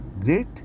great